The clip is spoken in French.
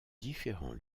différents